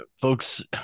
folks